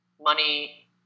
money